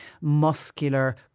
muscular